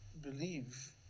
believe